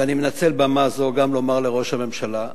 ואני מנצל במה זו גם לומר לראש הממשלה,